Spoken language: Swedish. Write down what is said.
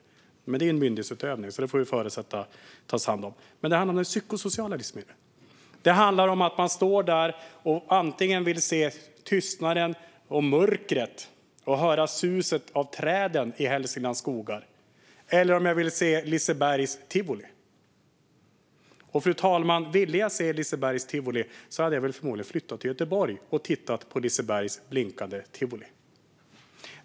Men det handlar om myndighetsutövning, och vi får förutsätta att man tar hand om det. Men det handlar om den psykosociala livsmiljön. Det handlar om att man står där och antingen vill ha tystnaden, se mörkret och höra suset från träden i Hälsinglands skogar, eller vill se Lisebergs tivoli. Om man ville se Lisebergs tivoli hade man förmodligen flyttat till Göteborg och tittat på Lisebergs blinkande tivoli.